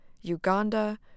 Uganda